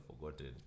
forgotten